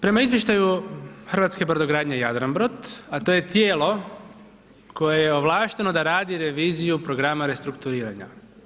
Prema izvještaju hrvatske brodogradnje Jadranbrod, a to je tijelo koje je ovlašteno da radi reviziju programa restrukturiranja.